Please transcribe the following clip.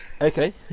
Okay